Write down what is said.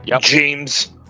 James